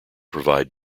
provide